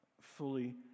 fully